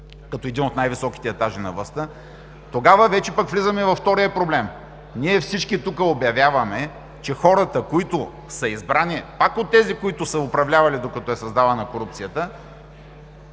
като един от най-високите етажи на властта, тогава вече влизаме във втория проблем. Ние всички тук обявяваме, че хората, избрани пак от тези, които са управлявали докато е създавана корупцията,